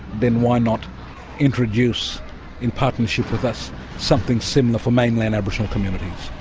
then why not introduce in partnership with us something similar for mainland aboriginal communities?